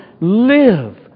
live